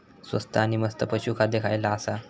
स्वस्त आणि मस्त पशू खाद्य खयला आसा?